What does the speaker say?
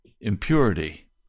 impurity